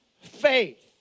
faith